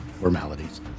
formalities